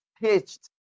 pitched